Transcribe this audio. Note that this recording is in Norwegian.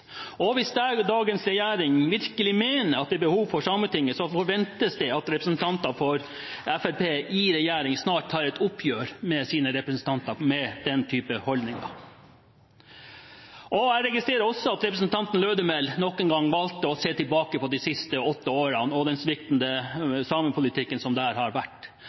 Hvis dagens regjering virkelig mener at det er behov for Sametinget, forventes det at representanter for Fremskrittspartiet i regjering snart tar et oppgjør med sine representanter med den typen holdninger. Jeg registrerer også at representanten Lødemel nok en gang valgte å se tilbake på de siste åtte årene og den sviktende samepolitikken som har vært ført. Jeg vil bare si at jeg er stolt over den politikken vi har